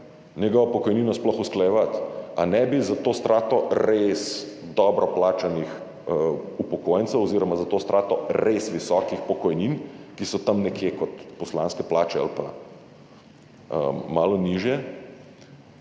njegovo pokojnino sploh usklajevati. Ali ne bi za to strato res dobro plačanih upokojencev oziroma za to strato res visokih pokojnin, ki so tam nekje kot poslanske plače ali pa malo nižje,